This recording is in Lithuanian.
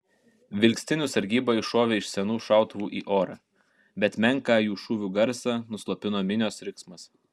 vilkstinių sargyba iššovė iš senų šautuvų į orą bet menką jų šūvių garsą nuslopino minios riksmas